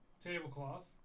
tablecloth